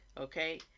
Okay